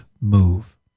move